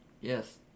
Yes